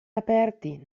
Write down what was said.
aperti